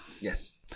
Yes